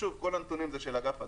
שוב, כל הנתונים הם של אגף הדייג.